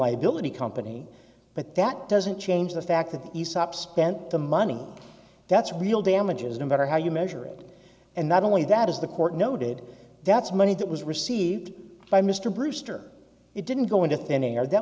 liability company but that doesn't change the fact that the sub spent the money that's real damages no matter how you measure it and not only that is the court noted that's money that was received by mr brewster it didn't go into thin air that